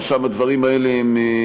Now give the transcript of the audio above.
ששם הדברים האלה הם,